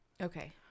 Okay